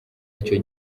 icyo